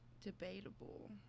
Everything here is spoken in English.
Debatable